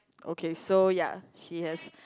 okay so ya she has